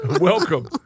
Welcome